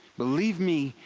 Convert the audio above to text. believe me.